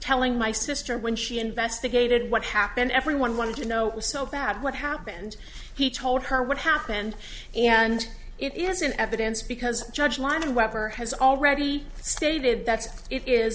telling my sister when she investigated what happened everyone wanted to know so bad what happened he told her what happened and it is in evidence because judge line or whatever has already stated that it is